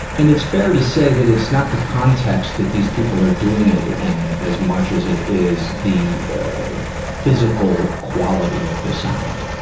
and it's fair to say that it's not the context that these people are doing it in as much as it is the physical quality of the sound.